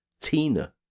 Tina